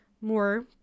more